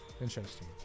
Interesting